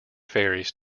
ferries